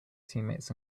teammates